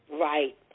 Right